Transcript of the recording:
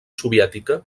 soviètica